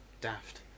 daft